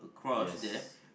yes